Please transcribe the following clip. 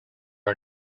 are